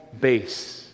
base